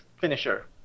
finisher